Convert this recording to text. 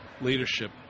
leadership